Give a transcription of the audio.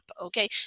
Okay